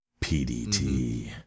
PDT